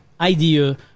idea